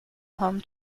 home